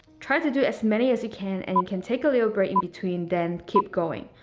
try to do as many as you can and you can take a little break in between then keep going.